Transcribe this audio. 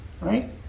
Right